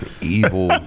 evil